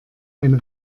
eine